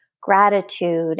gratitude